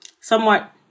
somewhat